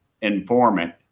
informant